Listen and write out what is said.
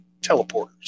teleporters